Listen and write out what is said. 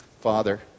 Father